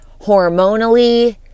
hormonally